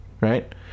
Right